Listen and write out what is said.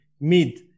mid-